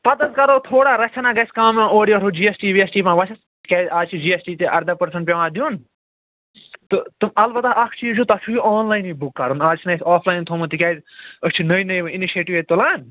پتہٕ حظ کَرو تھوڑا رَژھِ ہنا گَژھِ کَم اورٕ یورٕ ہُہ جی ایس ٹی وِی ایس ٹی ما وٮسٮ۪س کیٛازِ اَز چھِ جی ایس ٹی تہِ اَرٕداہ پٔرسنٛٹ پٮ۪وان دیُن تہٕ تِم البتہ اَکھ چیٖز چھُ تۄہہِ چھُ یہ آن لاینٕے یہِ بُک کَرُن اَز چھِنہٕ أسۍ آف لایَن تھوٚمُت تِکیٛازِ أسۍ چھِ نٔے نٔے وۅنۍ اِنِشیٚٹیو ییٚتہِ تُلان